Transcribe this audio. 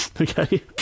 Okay